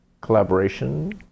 collaboration